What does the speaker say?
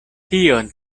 tion